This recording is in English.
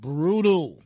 Brutal